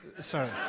Sorry